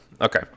Okay